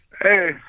Hey